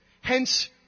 hence